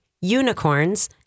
unicorns